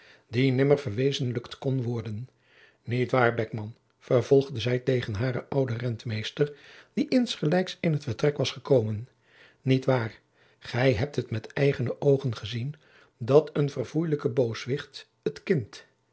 die nimmer verwezenlijkt kon worden niet waar beckman vervolgde zij tegen haren jacob van lennep de pleegzoon ouden rentmeester die insgelijks in het vertrek was gekomen niet waar gij hebt het met eigene oogen gezien dat een verfoeilijke booswicht het kind